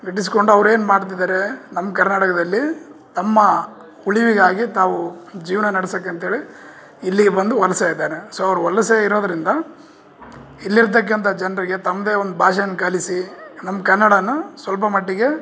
ಗಿಟ್ಟಿಸ್ಕೊಂಡು ಅವ್ರೇನು ಮಾಡ್ತಿದಾರೆ ನಮ್ಮ ಕರ್ನಾಟಕದಲ್ಲಿ ತಮ್ಮ ಉಳಿವಿಗಾಗಿ ತಾವು ಜೀವನ ನಡ್ಸೋಕೆ ಅಂತೇಳಿ ಇಲ್ಲಿಗೆ ಬಂದು ವಲಸೆ ಇದಾರೆ ಸೊ ಅವ್ರು ವಲಸೆ ಇರೋದ್ರಿಂದ ಇಲ್ಲಿರ್ತಕ್ಕಂಥ ಜನರಿಗೆ ತಮ್ಮದೇ ಒಂದು ಭಾಷೆನ್ ಕಲಿಸಿ ನಮ್ಮ ಕನ್ನಡ ಸ್ವಲ್ಪ ಮಟ್ಟಿಗೆ